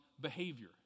behavior